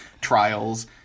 trials